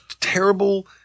terrible